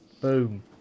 Boom